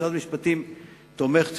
משרד המשפטים תומך,